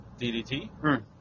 DDT